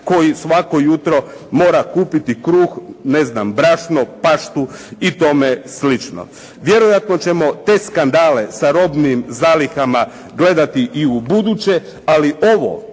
koji svako jutro mora kupiti kruh, ne znam brašno, paštu i tome sl. Vjerojatno ćemo te skandale sa robnim zalihama gledati i ubuduće, ali ovo